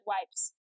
Wipes